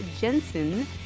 Jensen